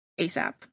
ASAP